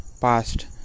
past